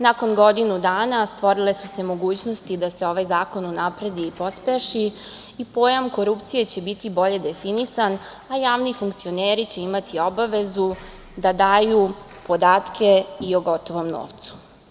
Nakon godinu dana stvorile su se mogućnosti da se ovaj zakon unapredi i pospeši i pojam korupcije će biti bolje definisan, a javni funkcioneri će imati obavezu da daju podatke i o gotovom novcu.